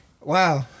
Wow